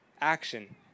Action